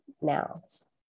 mouths